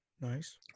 Nice